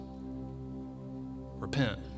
Repent